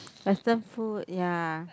western food ya